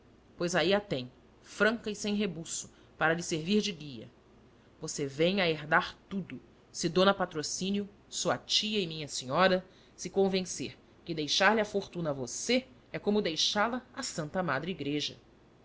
pois aí a tem franca e sem rebuço para lhe servir de guia você vem a herdar tudo se d patrocínio sua tia e minha senhora se convencer que deixar-lhe a fortuna a você é como deixá-la à santa madre igreja